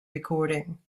recording